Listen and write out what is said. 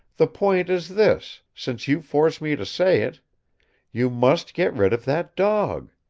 the point is this, since you force me to say it you must get rid of that dog.